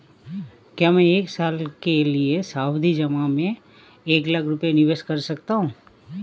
क्या मैं एक साल के लिए सावधि जमा में एक लाख रुपये निवेश कर सकता हूँ?